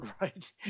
Right